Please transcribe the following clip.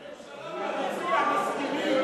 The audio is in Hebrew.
הממשלה והמציע מסכימים,